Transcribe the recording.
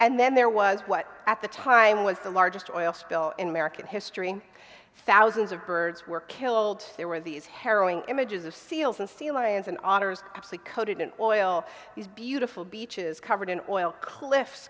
and then there was what at the time was the largest oil spill in american history thousands of birds were killed there were these harrowing images of seals and sea lions and authors coated in oil these beautiful beaches covered in oil cliff